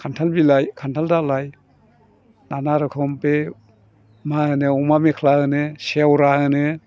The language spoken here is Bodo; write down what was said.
खान्थाल बिलाइ खान्थाल दालाइ नाना रखम बे मा होनो अमा मेख्ला होनो सेवरा होनो